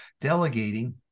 delegating